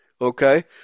Okay